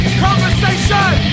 conversation